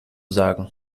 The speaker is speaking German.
sagen